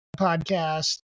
podcast